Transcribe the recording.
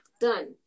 Done